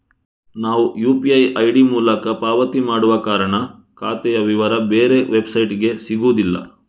ನಾವು UPI ID ಮೂಲಕ ಪಾವತಿ ಮಾಡುವ ಕಾರಣ ಖಾತೆಯ ವಿವರ ಬೇರೆ ವೆಬ್ಸೈಟಿಗೆ ಸಿಗುದಿಲ್ಲ